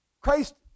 Christ